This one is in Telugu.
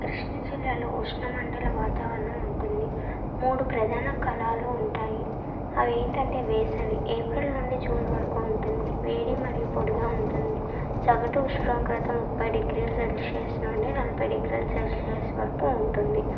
కృష్ణాజిల్లాలో ఉష్ణ మండలం వాతావరణం ఉంటుంది మూడు ప్రధాన కాలాలు ఉంటాయి అవి ఏంటంటే వేసవి ఏప్రిల్ నుండి జూన్ వరకు ఉంటుంది వేడి మరియు పొడిగా ఉంటుంది సగటు ఉష్ణోగ్రత ముప్పై డిగ్రీల సెల్సియస్ నుండి నలభై డిగ్రీల సెల్సియస్ వరకు ఉంటుంది